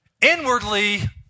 inwardly